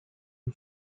you